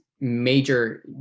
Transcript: major